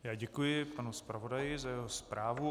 Já děkuji panu zpravodaji za jeho zprávu.